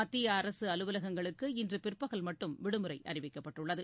மத்திய அரசு அலுவலகங்களுக்கு இன்று பிற்பகல் மட்டும் விடுமுறை அறிவிக்கப்பட்டுள்ளது